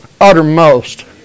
uttermost